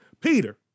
Peter